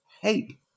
hate